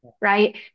Right